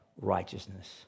righteousness